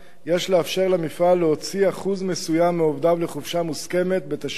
יש לאפשר למפעל להוציא אחוז מסוים מעובדיו לחופשה מוסכמת בתשלום,